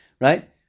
Right